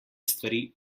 stvari